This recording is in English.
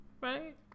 Right